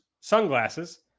sunglasses